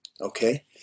Okay